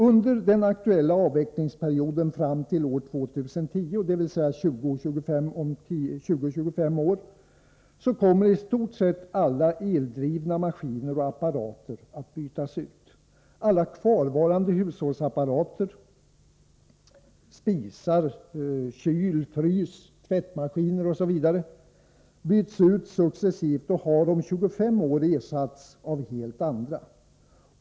Under den aktuella avvecklingsperioden fram till år 2010, dvs. om 20-25 år, kommer i stort sett alla eldrivna maskiner och apparater att bytas ut. Alla kvarvarande hushållsapparater — spisar, kylar, frysar, tvättmaskiner, osv. — kommer att bytas ut successivt och har om 25 år ersatts av helt andra.